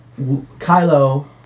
Kylo